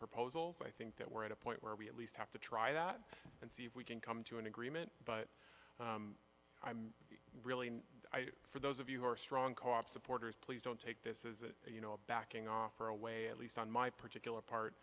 proposals i think that we're at a point where we at least have to try that and see if we can come to an agreement but i'm really for those of you who are strong coffee supporters please don't take this as you know a backing off or away at least on my particular part